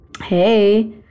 Hey